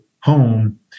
home